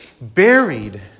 buried